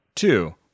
Two